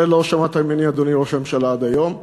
את זה לא שמעת ממני, אדוני ראש הממשלה, עד היום,